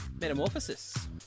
Metamorphosis